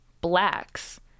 blacks